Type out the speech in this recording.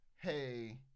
Hey